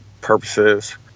purposes